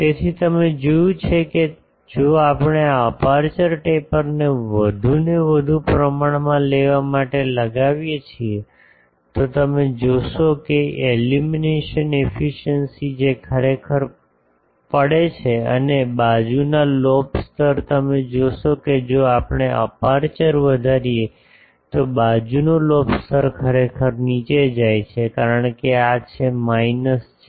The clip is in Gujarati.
તેથી તમે જોયું છે કે જો આપણે આ અપેર્ચર ટેપરને વધુને વધુ પ્રમાણમાં લેવા માટે લગાવીએ છીએ તો તમે જોશો કે એલ્યુમિનેશન એફિસિએંસી જે ખરેખર પડે છે અને બાજુના લોબ સ્તર તમે જોશો કે જો આપણે અપેર્ચર ટેપર વધારીએ તો બાજુનો લોબ સ્તર ખરેખર નીચે જાય છે કારણ કે આ છે માઇનસ 40